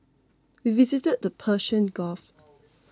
we visited the Persian Gulf